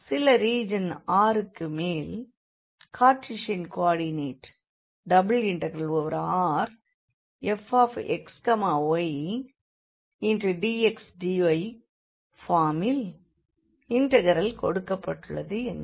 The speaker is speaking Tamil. சில ரீஜன் R ன் மேல் கார்டீசியன் கோஆர்டினேட் ∬Rfxydxdyஃபார்மில் இண்டெக்ரல் கொடுக்கப்பட்டுள்ளது என்க